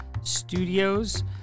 studios